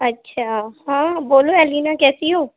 اچھا ہاں بولو اَلینا کیسی ہو